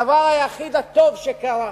הדבר היחיד הטוב שקרה,